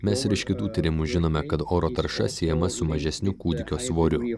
mes ir iš kitų tyrimų žinome kad oro tarša siejama su mažesniu kūdikio svoriu